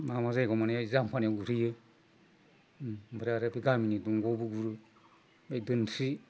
मा मा जायगायाव मोनहैयो जाम फानियाव गुरहैयो ओमफ्राय आरो बे गामिनि दंग'आवबो गुरो बै दोनस्रि